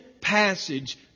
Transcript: passage